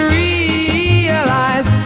realize